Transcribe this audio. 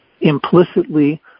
implicitly